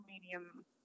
medium